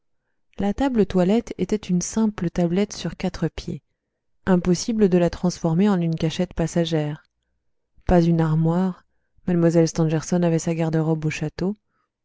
la table toilette était une simple tablette sur quatre pieds impossible de la transformer en une cachette passagère pas une armoire mlle stangerson avait sa garde-robe au château